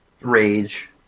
rage